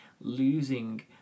losing